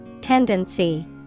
Tendency